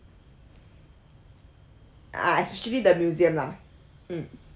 ah especially the museum lah mm